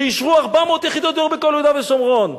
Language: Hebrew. כשאישרו 400 יחידות דיור בכל יהודה ושומרון.